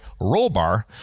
Rollbar